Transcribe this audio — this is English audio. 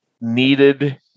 needed